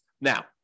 Now